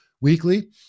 weekly